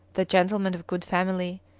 the gentleman of good family,